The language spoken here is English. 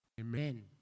Amen